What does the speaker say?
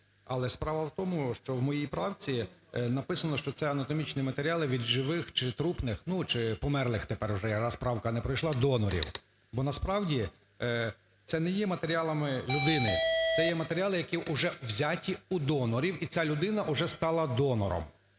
Але справа в тому, що в моїй правці написано, що це анатомічні матеріали від живих чи трупних, ну, чи померлих, тепер уже (раз правка не пройшла) донорів. Бо насправді це не є матеріалами людини, це є матеріали, які вже взяті у донорів, і ця людина уже стала донором.